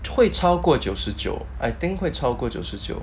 会超过九十九 I think 会超过九十九